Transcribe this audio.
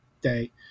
day